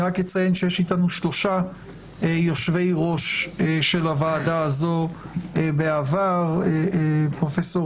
אני רק אציין שיש איתנו שלושה יושבי-ראש של הוועדה הזאת בעבר: פרופ'